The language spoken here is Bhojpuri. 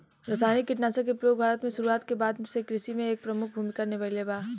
रासायनिक कीटनाशक के प्रयोग भारत में शुरुआत के बाद से कृषि में एक प्रमुख भूमिका निभाइले बा